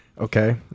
Okay